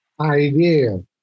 Idea